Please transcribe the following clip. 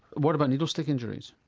what about needle stick injuries?